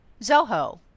Zoho